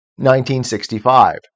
1965